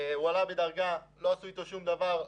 הועלה בדרגה לא עשו אתו שום דבר.